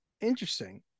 interesting